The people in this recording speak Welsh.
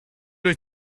wyt